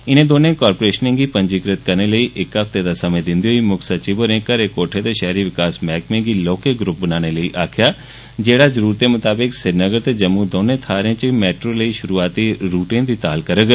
इनें दोने कारपोरेशनें गी पंजिकत करने लेई इक हफ्ते दा समे दिन्दे होई मुक्ख सचिव होरें घरें कोठें दे शैहरी विकास मैहकमे गी लौहके ग्र्प बनाने लेई आक्खेया जेहके जरुरतें मताबक श्रीनगर ते जम्मू च मैट्रो लेई शुरुआती रस्तें दी ताल करन